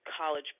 college